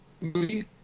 movie